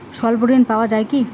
স্বল্প ঋণ পাওয়া য়ায় কি?